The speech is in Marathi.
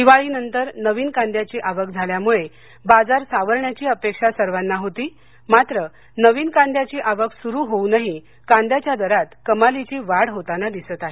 दिवाळीनंतर नवीन कांद्याची आवक झाल्यामुळे बाजार सावरण्याची अपेक्षा सर्वाना होती मात्र नवीन कांद्याची आवक सुरू होऊनही कांद्याच्या दरात कमालीची वाढ होताना दिसत आहे